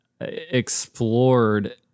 explored